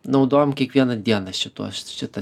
naudojam kiekvieną dieną šituos šitą